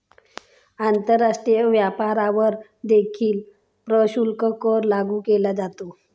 आंतरराष्ट्रीय व्यापारावर देखील प्रशुल्क कर लागू केला जातो